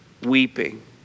weeping